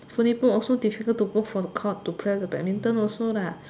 fully booked also difficult to book for the court to play the badminton also lah